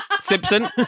Simpson